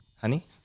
honey